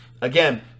again